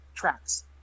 tracks